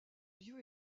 lieu